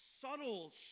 subtle